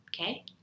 Okay